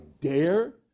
dare